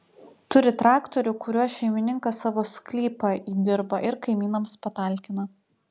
turi traktorių kuriuo šeimininkas savo sklypą įdirba ir kaimynams patalkina